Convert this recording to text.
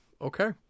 Okay